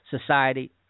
society